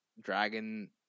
dragon